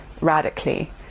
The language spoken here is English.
radically